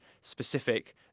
specific